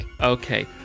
Okay